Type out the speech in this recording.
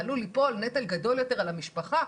עלול ליפול נטל גדול יותר על המשפחה,